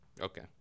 Okay